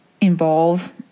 involve